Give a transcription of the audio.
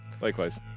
Likewise